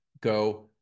go